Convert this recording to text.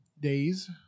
days